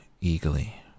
eagerly